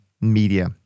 media